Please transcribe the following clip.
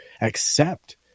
accept